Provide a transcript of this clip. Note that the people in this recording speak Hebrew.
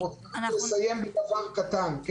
לסיים בדבר קטן.